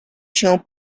się